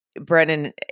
Brennan